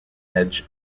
edge